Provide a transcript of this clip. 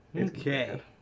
Okay